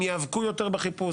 הם ייאבקו יותר בחיפוש,